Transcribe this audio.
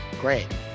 great